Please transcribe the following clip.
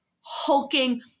hulking